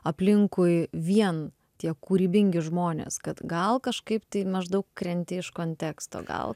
aplinkui vien tie kūrybingi žmonės kad gal kažkaip tai maždaug krenti iš konteksto gal